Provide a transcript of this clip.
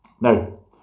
Now